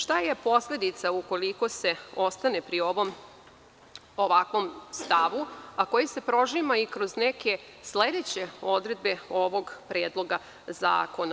Šta je posledica ukoliko se ostane pri ovakvom stavu, a koji se prožima i kroz neke sledeće odredbe ovog Predloga zakona?